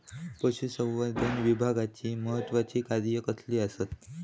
पशुसंवर्धन विभागाची महत्त्वाची कार्या कसली आसत?